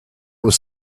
was